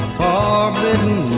forbidden